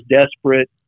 desperate